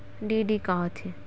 DD का होथे?